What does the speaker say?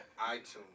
iTunes